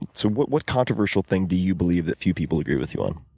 so what what controversial thing do you believe that few people agree with you on?